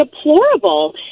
deplorable